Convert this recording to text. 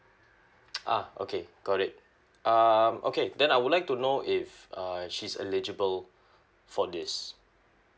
ah okay got it um okay then I would like to know if uh she's eligible for this